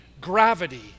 gravity